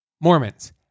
Mormons